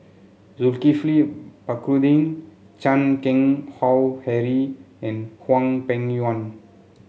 Zulkifli Baharudin Chan Keng Howe Harry and Hwang Peng Yuan